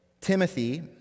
Timothy